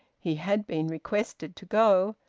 he had been requested to go,